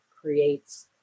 creates